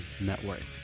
Network